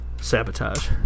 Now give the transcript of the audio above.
Sabotage